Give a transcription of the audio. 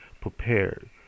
prepared